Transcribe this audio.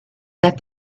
that